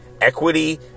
Equity